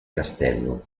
castello